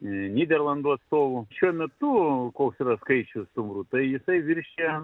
nyderlandų atstovų šiuo metu koks yra skaičius stumbrų tai jisai viršija